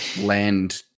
Land